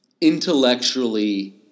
intellectually